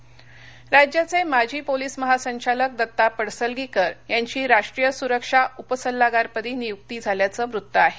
पडसलगीकर राज्याचे माजी पोलीस महासंचालक दत्ता पडसलगीकर यांची राष्ट्रीय सुरक्षा उपसल्लागारपदी नियुक्ती झाल्याचं वृत्त आहे